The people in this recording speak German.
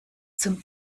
zum